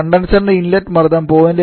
condenser ൻറെ inlet മർദ്ദം 0